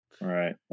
Right